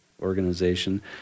organization